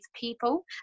people